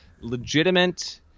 Legitimate